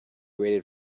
rated